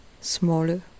smaller